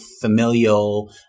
familial